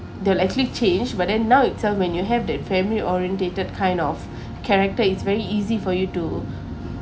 they'll actually change but then now itself when you have that family orientated kind of character it's very easy for you to